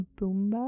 Boomba